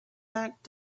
back